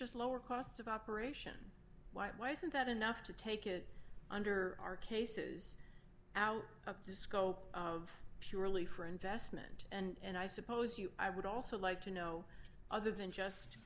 just lower cost of operation why isn't that enough to take it under our cases out of the scope of purely for investment and i suppose you i would also like to know other than just